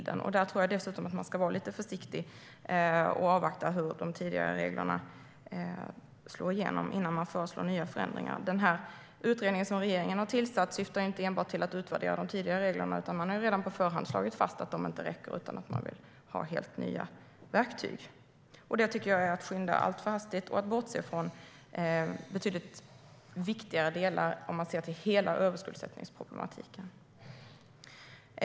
Dessutom tror jag att man ska vara lite försiktig och avvakta hur de tidigare reglerna slår igenom innan man föreslår nya förändringar. Den utredning som regeringen har tillsatt syftar inte enbart till att utvärdera de tidigare reglerna, utan regeringen har redan på förhand slagit fast att de inte räcker utan att regeringen vill ha helt nya verktyg. Det tycker jag är att skynda alltför hastigt och att bortse från betydligt viktigare delar, om man ser till hela överskuldsättningsproblematiken.